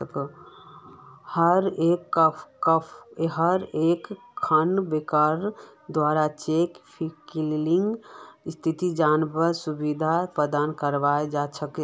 हर एकखन बैंकेर द्वारा चेक क्लियरिंग स्थिति जनवार सुविधा प्रदान कराल जा छेक